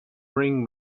bring